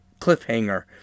cliffhanger